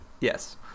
yes